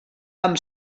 amb